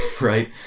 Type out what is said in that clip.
Right